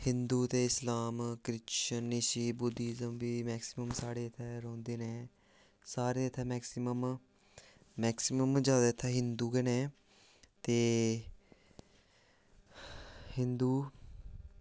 हिंदु ते इस्लाम Christian Buddhism बी मेक्सीमम साढ़े इत्थै रौंह्दे न सारे इत्थै मेक्सीमम मेक्सीमम जादै इत्थै हिंदु गै न ते हिंदु